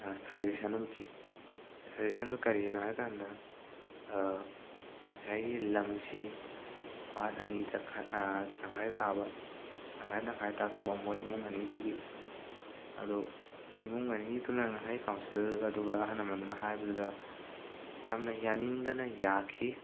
suggestion ꯑꯃ ꯄꯤ ꯁꯖꯦꯁꯟꯗꯨ ꯀꯔꯤꯅꯣ ꯍꯥꯏꯔꯀꯥꯟꯗ ꯉꯁꯥꯏꯒꯤ ꯂꯝꯁꯤ ꯄꯥꯔꯠ ꯑꯅꯤꯗ ꯇꯪꯈꯥꯏ ꯇꯥꯕ ꯇꯪꯈꯥꯏ ꯇꯪꯈꯥꯏ ꯇꯥꯊꯣꯛꯄ ꯃꯣꯏ ꯏꯃꯨꯡ ꯑꯅꯤꯗꯨꯒꯤ ꯑꯗꯨ ꯏꯃꯨꯡ ꯑꯅꯤꯗꯨꯅ ꯉꯁꯥꯏ ꯀꯥꯎꯟꯁꯤꯜ ꯑꯗꯨꯒ ꯑꯍꯜ ꯂꯃꯟꯗꯨꯅ ꯍꯥꯏꯕꯗꯨꯗ ꯌꯥꯝꯅ ꯌꯥꯅꯤꯡꯗꯅ ꯌꯥꯈꯤ